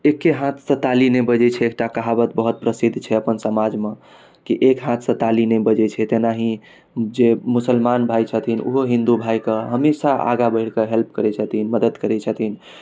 एके हाथसँ ताली नै बाजय छै एकटा कहावत बहुत प्रसिद्ध छै अपन समाज मऽ कि एक हाथसँ ताली नै बजै छै तेनाही जे मुसलमान भाइ छथिन ओहो हिन्दू भाइ कऽ हमेशा आगा बढ़ि कऽ हेल्प करै छथिन मदद करै छथिन